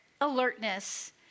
alertness